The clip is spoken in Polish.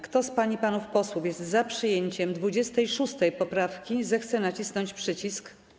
Kto z pań i panów posłów jest za przyjęciem 26. poprawki, zechce nacisnąć przycisk.